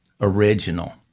original